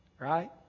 Right